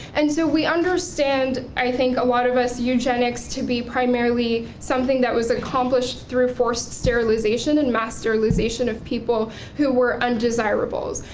and so we understand, i think, a lot of us eugenics to be primarily something that was accomplished through forced sterilization and mass sterilization of people who were undesirables.